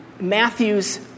Matthew's